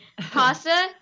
pasta